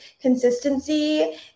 consistency